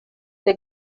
der